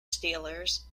steelers